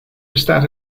bestaat